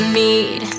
need